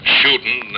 shooting